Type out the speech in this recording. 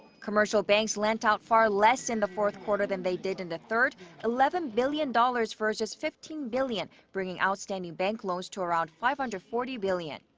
commercial banks lent out far less in the fourth quarter than they did in the third eleven billion dollars versus fifteen billion. bringing outstanding bank loans to around five hundred and forty billion.